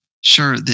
sure